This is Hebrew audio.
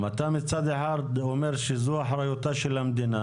מצד אחד אתה אומר, שזאת אחריותה של המדינה.